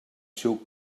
seu